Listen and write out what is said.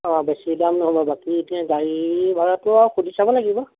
অঁ বেছি দাম নহ'ব বাকী এতিয়া গাড়ী ভাড়াটো আৰু সুধি চাব লাগিব